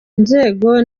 nzego